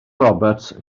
roberts